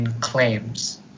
claims